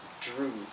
drew